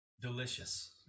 Delicious